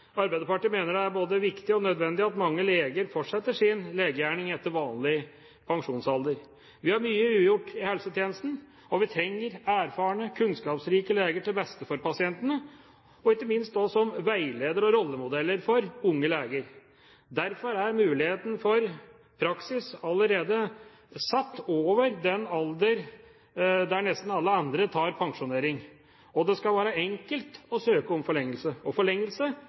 Arbeiderpartiet mener det er både viktig og nødvendig at mange leger fortsetter sin legegjerning etter vanlig pensjonsalder. Vi har mye ugjort i helsetjenesten, og vi trenger erfarne, kunnskapsrike leger, til beste for pasientene og ikke minst som veiledere og rollemodeller for unge leger. Derfor er muligheten for praksis allerede satt over den alder der nesten alle andre tar pensjonering. Det skal være enkelt å søke om forlengelse, og forlengelse